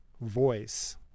voice